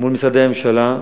מול משרדי הממשלה,